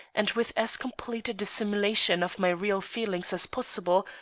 and with as complete a dissimulation of my real feelings as possible,